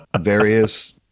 various